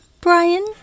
Brian